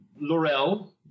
Laurel